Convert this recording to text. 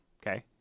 Okay